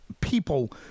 people